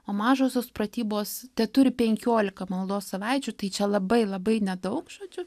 o mažosios pratybos teturi penkiolika maldos savaičių tai čia labai labai nedaug žodžiu